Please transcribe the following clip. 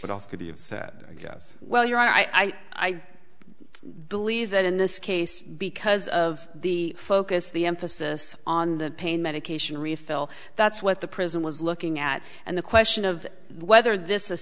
what else could he have said yes well your honor i believe that in this case because of the focus the emphasis on the pain medication refill that's what the prison was looking at and the question of whether this is